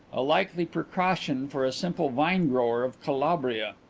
a likely precaution for a simple vine-grower of calabria!